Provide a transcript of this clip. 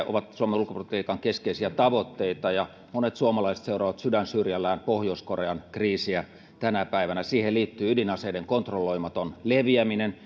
ovat suomen ulkopolitiikan keskeisiä tavoitteita ja monet suomalaiset seuraavat sydän syrjällään pohjois korean kriisiä tänä päivänä siihen liittyy ydinaseiden kontrolloimaton leviäminen